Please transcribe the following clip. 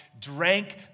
drank